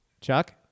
Chuck